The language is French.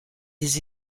des